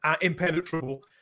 impenetrable